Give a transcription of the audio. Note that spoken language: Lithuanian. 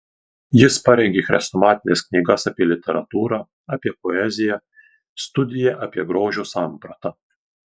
jis parengė chrestomatines knygas apie literatūrą apie poeziją studiją apie grožio sampratą